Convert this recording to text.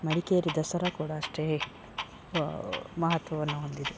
ಮಡಿಕೇರಿ ದಸರಾ ಕೂಡ ಅಷ್ಟೇ ಮಹತ್ವವನ್ನು ಹೊಂದಿದೆ